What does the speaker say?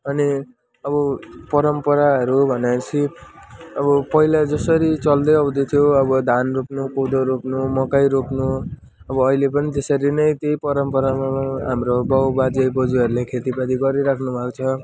अनि अब परम्पराहरू भनेपछि अब पहिला जसरी चल्दै आउँदैथ्यो अब धान रोप्नु कोदो रोप्नु मकै रोप्नु अब अहिले पनि त्यसरी नै त्यही परम्परा हाम्रो बाबु बाजेबोजुहरूले खेतीपाती गरिरहनु भएको छ